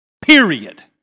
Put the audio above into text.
period